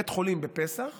בבית חולים בפסח